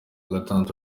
gatandatu